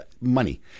money